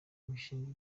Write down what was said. imishinga